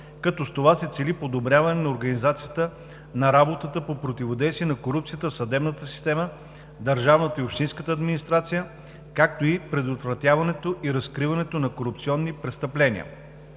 като с това се цели подобряване на организацията на работата по противодействие на корупцията в съдебната система, държавната и общинската администрация, както и предотвратяването и разкриването на корупционни престъпления.